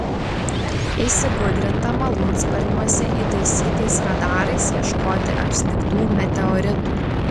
įsigudrinta malūnsparniuose įtaisytais radarais ieškoti apsnigtų meteoritų